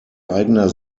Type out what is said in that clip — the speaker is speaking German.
eigener